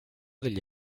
degli